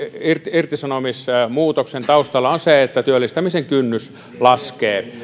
irtisanomismuutoksen taustalla on se että työllistämisen kynnys laskee